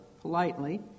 politely